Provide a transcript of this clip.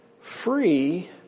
free